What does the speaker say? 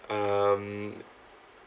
um